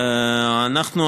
אנחנו,